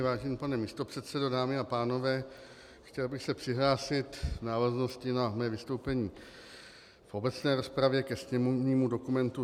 Vážený pane místopředsedo, dámy a pánové, chtěl bych se přihlásit v návaznosti na své vystoupení v obecné rozpravě ke sněmovnímu dokumentu 3382.